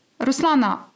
Ruslana